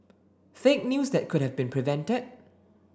fake news that could have been prevented